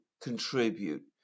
contribute